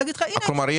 כלומר,